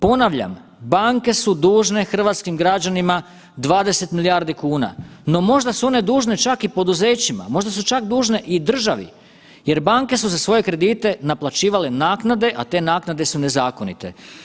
Ponavljam, banke su dužne hrvatskim građanima 20 milijardi kuna, no možda su one dužne čak i poduzećima, možda su čak dužne i državi jer banke su za svoje kredite naplaćivale naknade, a te naknade su nezakonite.